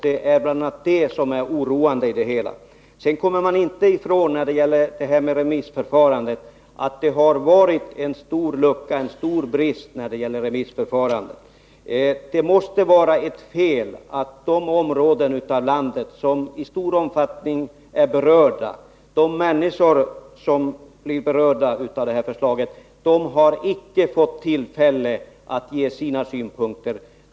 Det är bl.a. det som är oroande. När det gäller remissförfarandet kommer man inte ifrån att det där föreligger en stor brist. Det måste vara fel att de områden i landet och de människor som i stor omfattning är berörda av det här förslaget icke har fått tillfälle att ge sina synpunkter.